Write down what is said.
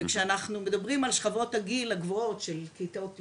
וכשאנחנו מדברים על שכבות הגיל הגבוהות של כיתות יא',